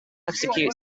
execute